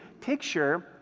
picture